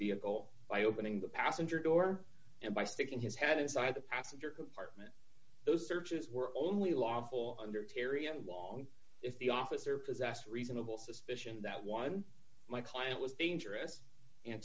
vehicle by opening the passenger door and by sticking his head inside the passenger compartment those searches were only lawful under terry and walling if the officer possessed reasonable suspicion that one my client was dangerous